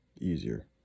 easier